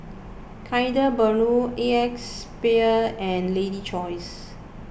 Kinder Bueno Acexspade and Lady's Choice